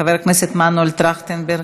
חבר הכנסת מנואל טרכטנברג,